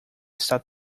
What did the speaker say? está